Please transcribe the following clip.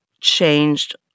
changed